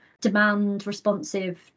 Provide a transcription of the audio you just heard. demand-responsive